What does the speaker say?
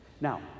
Now